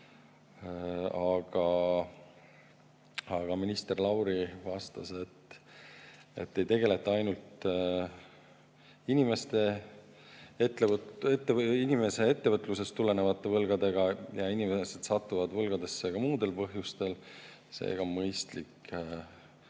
Aga minister Lauri vastas, et ei tegelda ainult inimese ettevõtlusest tulenevate võlgadega, inimesed satuvad võlgadesse ka muudel põhjustel. Seega on mõistlik